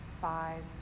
five